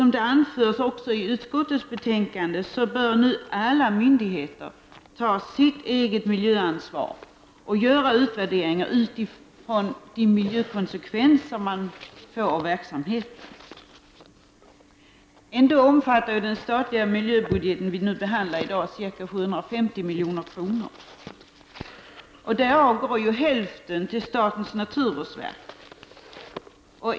Man anför också i utskottets betänkande att nu bör alla myndigheter ta sitt eget miljöansvar och göra utvärderingar utifrån de miljökonsekvenser man får av verksamheten. Ändå omfattar ju den statliga miljöbudget som vi behandlar i dag ca 750 milj.kr. Därav går hälften till statens naturvårdsverk.